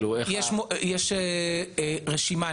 יש רשימה,